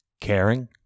Caring